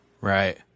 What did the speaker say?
Right